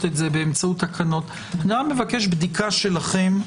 את זה באמצעות תקנות אבקש בדיקה שלכם,